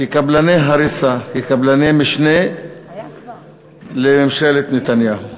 כקבלני הריסה, כקבלני משנה לממשלת נתניהו.